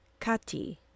Kati